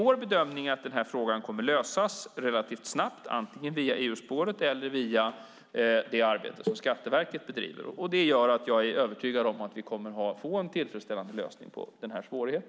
Vår bedömning är alltså att frågan kommer att lösas relativt snabbt, antingen via EU-spåret eller via det arbete som Skatteverket bedriver. Detta gör att jag är övertygad om att vi kommer att få en tillfredsställande lösning på denna svårighet.